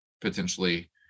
potentially